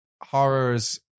horrors